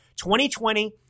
2020